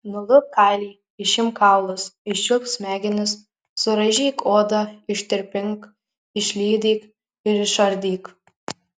nulupk kailį išimk kaulus iščiulpk smegenis suraižyk odą ištirpink išlydyk ir išardyk